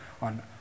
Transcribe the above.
on